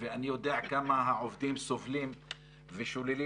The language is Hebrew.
ואני יודע כמה העובדים סובלים ושוללים